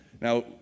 Now